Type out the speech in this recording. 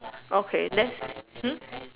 okay then hmm